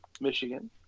Michigan